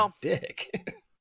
dick